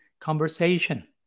conversation